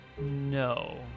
No